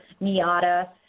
Miata